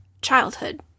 childhood